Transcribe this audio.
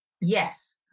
yes